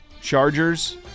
Chargers